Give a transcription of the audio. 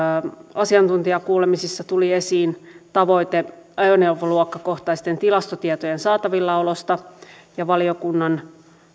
asiantuntijakuulemisissa tuli esiin tavoite ajoneuvoluokkakohtaisten tilastotietojen saatavillaolosta valiokunnan